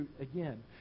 again